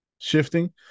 Shifting